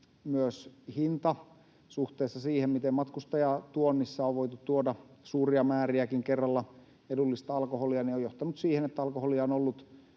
myös hinta suhteessa siihen, miten matkustajatuonnissa on voitu tuoda suuriakin määriä kerralla edullista alkoholia, on johtanut siihen, että alkoholia on ollut